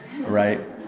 right